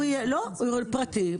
לא, פרטי.